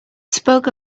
spoke